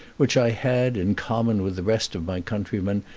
which i had, in common with the rest of my countrymen,